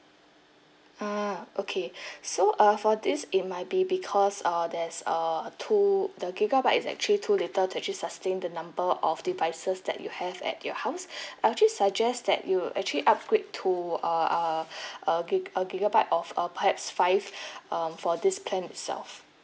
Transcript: ah okay so uh for this it might be because err there's err too the gigabyte is actually too little to actually sustain the number of devices that you have at your house I actually suggest that you actually upgrade to err err a gi~ a gigabyte of a perhaps five um for this plan itself